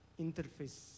interface